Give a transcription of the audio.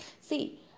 See